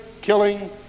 killing